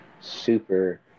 super